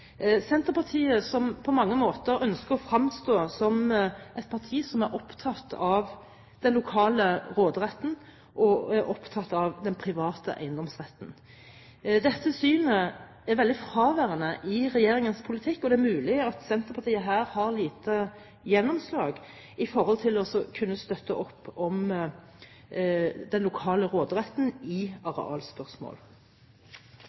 Senterpartiet, som på mange måter ønsker å fremstå som et parti som er opptatt av den lokale råderetten og den private eiendomsretten. Dette synet er veldig fraværende i regjeringens politikk. Det er mulig at Senterpartiet her har lite gjennomslag for å kunne støtte opp om den lokale råderetten i